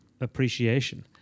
appreciation